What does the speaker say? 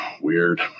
Weird